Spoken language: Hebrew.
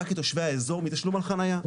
רק את תושבי האזור מתשלום על חניה,